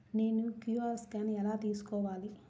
నేను QR scan ఎలా తీసుకోవాలి?